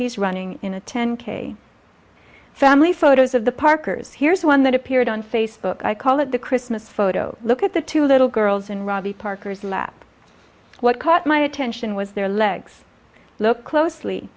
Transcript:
he's running in a ten k family photos of the parkers here's one that appeared on facebook i call it the christmas photo look at the two little girls and robbie parker's lap what caught my attention was their legs look closely